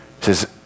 says